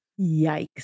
Yikes